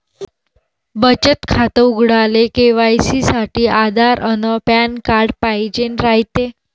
बचत खातं उघडाले के.वाय.सी साठी आधार अन पॅन कार्ड पाइजेन रायते